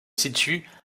situe